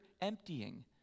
emptying